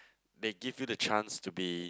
they give you the chance to be